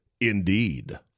Indeed